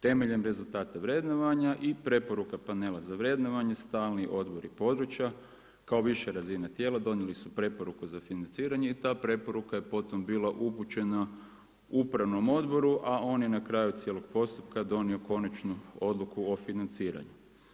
Temeljem rezultata vrednovanja i preporuka panela za vrednovanje, stalni odbori i područja, kao viša tijelo, donijeli su preporuku za financiranje i ta preporuka je potom bila upućena Upravnom odboru a on je na kraju cijelog postupka donio konačnu odluku o financiranju.